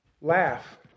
Laugh